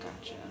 Gotcha